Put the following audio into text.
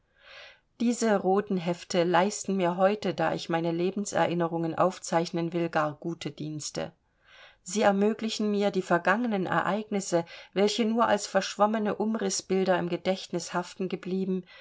diese roten hefte leisten mir heute da ich meine lebenserinnerungen aufzeichnen will gar gute dienste sie ermöglichen mir die vergangenen ereignisse welche nur als verschwommene umrißbilder im gedächtnis haften geblieben